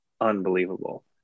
unbelievable